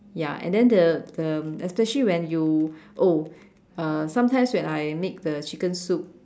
ya and then the the especially when you oh uh sometimes when I make the chicken soup